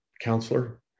counselor